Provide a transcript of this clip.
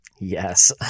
Yes